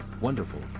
wonderful